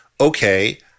okay